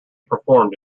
performed